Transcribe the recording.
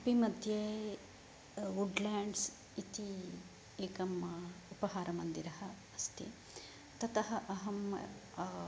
उडुपि मध्ये वुड्लेण्ड्स् इति एकम् उपहारमन्दिरम् अस्ति ततः अहम्